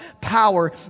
power